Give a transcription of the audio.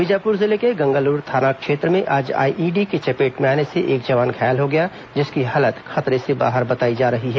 बीजापुर जिले के गंगालूर थाना क्षेत्र में आज आईईडी की चपेट में आने से एक जवान घायल हो गया जिसकी हालत खतरे से बाहर बताई जा रही है